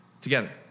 together